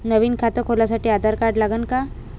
नवीन खात खोलासाठी आधार कार्ड लागन का?